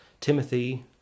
Timothy